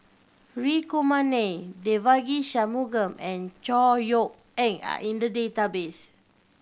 Hri Kumar Nair Devagi Sanmugam and Chor Yeok Eng are in the database